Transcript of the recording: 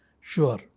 sure